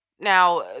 Now